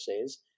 says